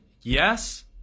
yes